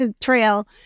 trail